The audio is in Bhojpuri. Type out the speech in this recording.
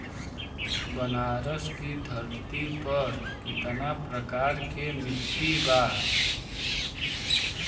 बनारस की धरती पर कितना प्रकार के मिट्टी बा?